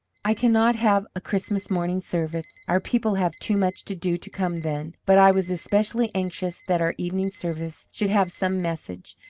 i cannot have a christmas morning service our people have too much to do to come then but i was especially anxious that our evening service should have some message,